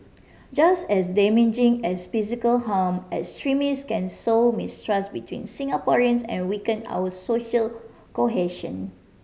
just as damaging as physical harm extremists can sow mistrust between Singaporeans and weaken our social cohesion